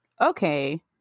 okay